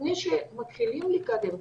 לפני שמתחילים לקדם תוכנית,